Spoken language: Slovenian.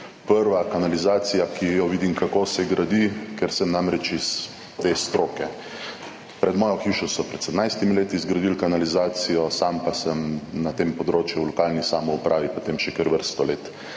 prva kanalizacija, ki jo vidim, kako se gradi, ker sem namreč iz te stroke, pred mojo hišo so pred 17 leti zgradili kanalizacijo, sam pa sem na tem področju v lokalni samoupravi potem še kar vrsto let